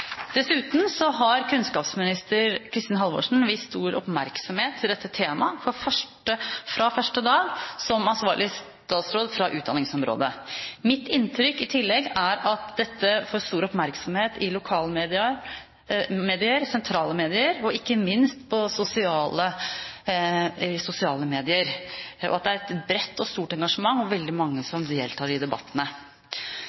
Dessuten har kunnskapsminister Kristin Halvorsen vist dette temaet stor oppmerksomhet fra første dag som ansvarlig statsråd for utdanningsområdet. Mitt inntrykk er i tillegg at dette får stor oppmerksomhet i lokale medier, i sentrale medier og ikke minst i sosiale medier, og at det er et bredt og stort engasjement. Det er veldig mange